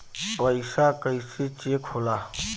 पैसा कइसे चेक होला?